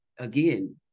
Again